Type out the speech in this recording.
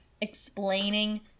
explaining